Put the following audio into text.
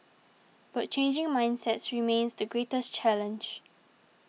but changing mindsets remains the greatest challenge